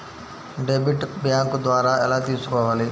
Debit bank ద్వారా ఎలా తీసుకోవాలి?